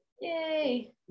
Yay